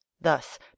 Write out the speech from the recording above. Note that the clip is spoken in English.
thus